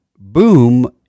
boom